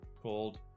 called